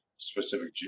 Specific